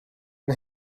ein